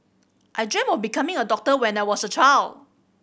I dreamt of becoming a doctor when I was a child